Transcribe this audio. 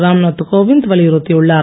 ராம்நாத் கோவிந்த் வலியுறுத்தியுள்ளார்